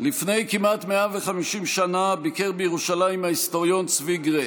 לפני כמעט 150 שנה ביקר בירושלים ההיסטוריון צבי גרץ.